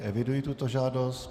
Eviduji tuto žádost.